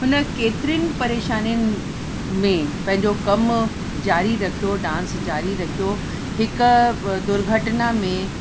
हुन केतिरियुनि परेशानियुनि में पंहिंजो कमु ज़ारी रखियो डांस ज़ारी रखियो हिक दुर्घटना में